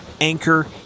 Anchor